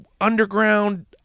underground